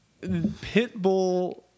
Pitbull